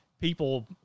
people